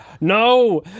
No